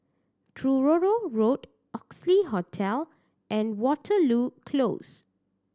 Truro Road Oxley Hotel and Waterloo Close